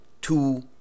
two